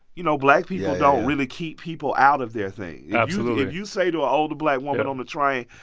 you know, black people don't really keep people out of their thing absolutely if you say to a older black woman on the train,